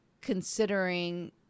considering